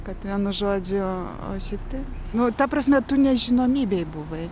kad vienu žodžiu o šiaip tai nu ta prasme tu nežinomybėj buvai